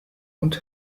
und